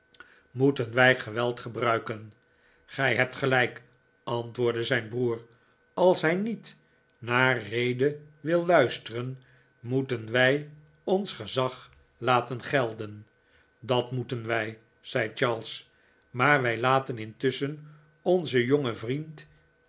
moeten wij geweld gebruiken gij hebt gelijk antwoordde zijn broer als liij niet naar rede wil luisteren moeten wij ons gezag laten gelden dat moeten wij zei charles maar wij laten intusschen onzen jongen vriend